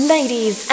Ladies